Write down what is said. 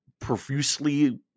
profusely